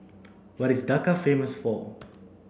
what is Dhaka famous for